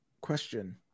Question